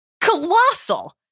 colossal